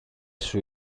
σου